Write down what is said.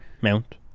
Mount